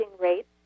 rates